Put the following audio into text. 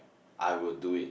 I will do it